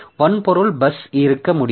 வன்பொருள் பஸ் இருக்க முடியும்